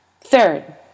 Third